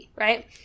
right